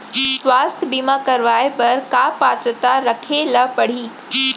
स्वास्थ्य बीमा करवाय बर का पात्रता रखे ल परही?